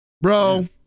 bro